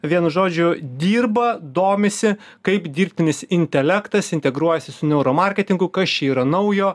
vienu žodžiu dirba domisi kaip dirbtinis intelektas integruosis su niauro marketingu kas čia yra naujo